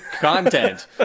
content